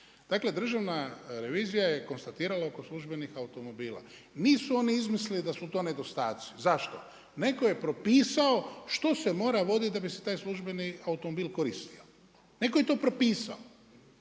Dakle, Državna revizija je konstatirala oko službenih automobila. Nisu oni izmislili da su to nedostaci. Zašto? Netko je propisao što se mora voditi da bi se taj službeni automobil koristio. Netko je to propisao.